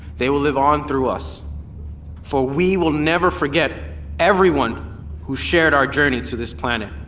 they will live on through us for we will never forget everyone who shared our journey to this planet